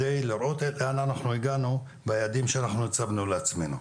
על מנת לראות לאן אנחנו הגענו ביעדים שאנחנו הצבנו לעצמנו.